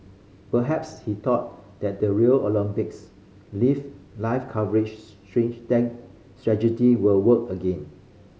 perhaps he thought that the Rio Olympics live live coverage strategy will work again